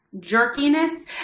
jerkiness